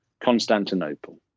Constantinople